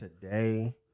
today